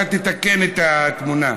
אתה תתקן את התמונה,